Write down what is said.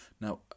Now